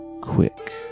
quick